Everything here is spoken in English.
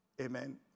Amen